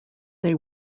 they